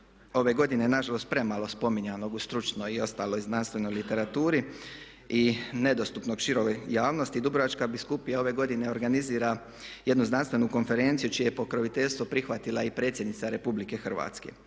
ove godine je nažalost premalo spominjano u stručnoj i ostaloj znanstvenoj literaturi i nedostupnoj širokoj javnosti. Dubrovačka Biskupija ove godine organizira jednu znanstvenu konferenciju čije je pokroviteljstvo prihvatila i predsjednica Republike Hrvatske.